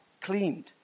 cleaned